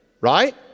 right